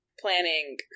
planning